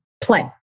play